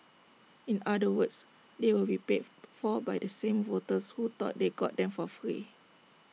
in other words they will be paid for by the same voters who thought they got them for free